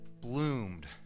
bloomed